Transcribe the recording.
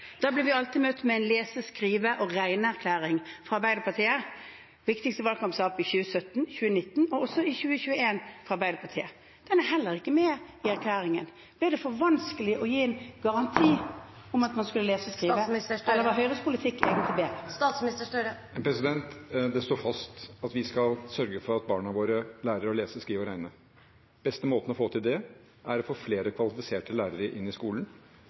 Da blir vi alltid møtt med en lese-, skrive- og regneerklæring fra Arbeiderpartiet – den viktigste valgkampsaken i 2017, i 2019 og også i 2021 fra Arbeiderpartiet. Den er heller ikke med i erklæringen. Ble det for vanskelig å gi en garanti om at man skulle lese og skrive, eller var Høyres politikk bedre? Det står fast at vi skal sørge for at barna våre lærer å lese, skrive og regne. Den beste måten å få til det på, er å få flere kvalifiserte lærere inn i skolen,